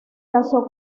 casó